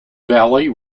valley